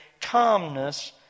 calmness